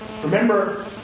Remember